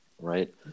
Right